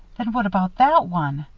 then what about that one!